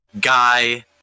Guy